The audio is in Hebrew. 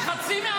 חבר הכנסת מנסור.